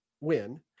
win